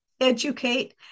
educate